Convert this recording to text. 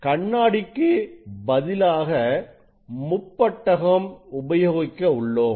நாம் கண்ணாடிக்கு பதிலாக முப்பட்டகம் உபயோகிக்க உள்ளோம்